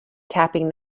tapping